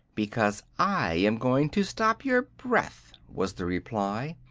because i am going to stop your breath, was the reply.